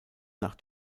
nach